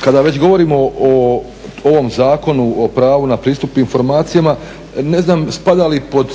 kada već govorimo o ovom Zakonu o pravo na pristup informacijama ne znam spada li pod